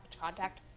contact